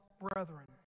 brethren